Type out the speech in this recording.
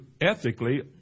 ethically